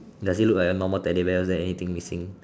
does it look like a normal teddy bear or is there anything missing